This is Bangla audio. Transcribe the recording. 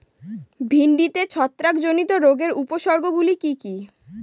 ভিন্ডিতে ছত্রাক জনিত রোগের উপসর্গ গুলি কি কী?